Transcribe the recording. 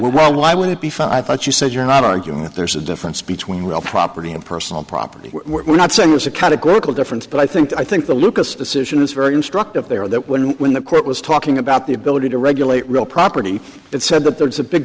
different why would it be found i thought you said you're not arguing that there's a difference between real property and personal property we're not saying it's a categorical difference but i think i think the lucas decision is very instructive there that when when the court was talking about the ability to regulate real property it said that there is a big